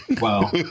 Wow